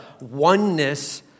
oneness